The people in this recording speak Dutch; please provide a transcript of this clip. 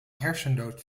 hersendood